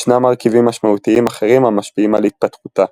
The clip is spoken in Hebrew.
ישנם מרכיבים משמעותיים אחרים המשפיעים על התפתחותה.